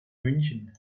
münchen